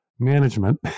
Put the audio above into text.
management